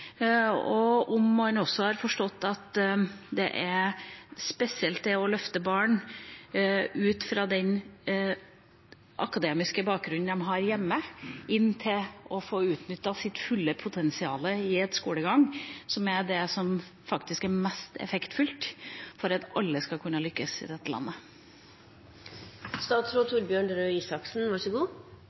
Og har han også forstått at spesielt det å løfte barn ut fra den akademiske bakgrunnen de har hjemme, inn til å få utnyttet sitt fulle potensial i en skolegang, er det som faktisk er mest effektfullt for at alle skal kunne lykkes i dette